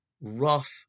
rough